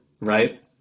right